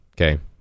okay